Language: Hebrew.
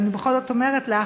אבל אני בכל זאת אומרת לך: